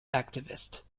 activist